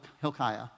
Hilkiah